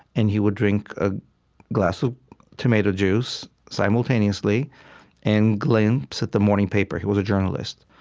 and he would drink a glass of tomato juice simultaneously and glimpse at the morning paper. he was a journalist.